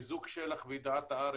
חיזוק של"ח וידיעת הארץ,